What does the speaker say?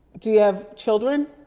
do you have children?